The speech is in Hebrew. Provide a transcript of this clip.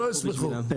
ייסגרו בשבילם.